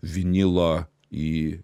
vinilo į